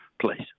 Please